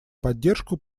поддержку